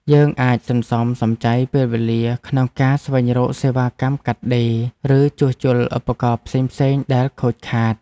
យើងអាចសន្សំសំចៃពេលវេលាក្នុងការស្វែងរកសេវាកម្មកាត់ដេរ ឬជួសជុលឧបករណ៍ផ្សេងៗដែលខូចខាត។